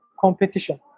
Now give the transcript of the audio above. competition